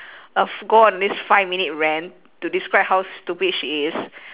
I've go on this five minute rant to describe how stupid she is